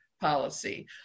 policy